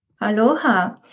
Aloha